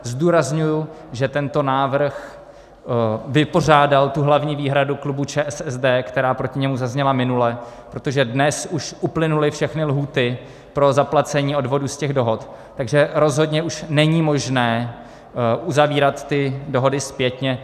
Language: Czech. Zdůrazňuji, že tento návrh vypořádal hlavní výhradu klubu ČSSD, která proti němu zazněla minule, protože dnes už uplynuly všechny lhůty pro zaplacení odvodu z těch dohod, takže rozhodně už není možné uzavírat ty dohody zpětně.